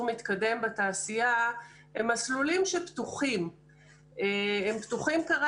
מתקדם בתעשייה הם מסלולים שפתוחים כרגע.